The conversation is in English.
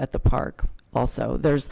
at the park also there's